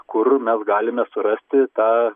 kur mes galime surasti tą